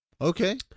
Okay